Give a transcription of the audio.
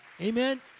Amen